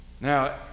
Now